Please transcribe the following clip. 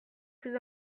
plus